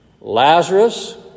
Lazarus